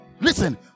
listen